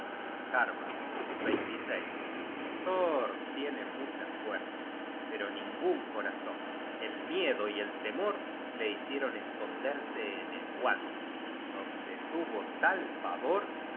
habbard thor tiene mucha fuerza pero ningun corazon el miedo y el temor le hicieron esconderse en el guante donde tuvo tal pavor